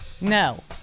No